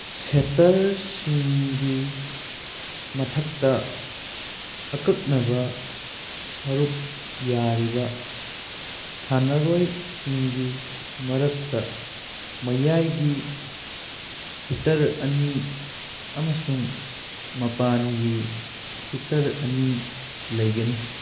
ꯁꯦꯠꯇꯔꯁꯤꯡꯒꯤ ꯃꯊꯛꯇ ꯑꯀꯛꯅꯕ ꯁꯔꯨꯛ ꯌꯥꯔꯤꯕ ꯁꯥꯟꯅꯔꯣꯏꯁꯤꯡꯒꯤ ꯃꯔꯛꯇ ꯃꯌꯥꯏꯒꯤ ꯍꯤꯇꯔ ꯑꯅꯤ ꯑꯃꯁꯨꯡ ꯃꯄꯥꯟꯒꯤ ꯍꯤꯇꯔ ꯑꯅꯤ ꯂꯩꯒꯅꯤ